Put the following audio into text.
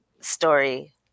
story